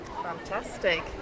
Fantastic